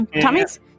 Tommy's